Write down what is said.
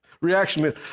reaction